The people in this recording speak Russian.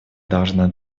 должна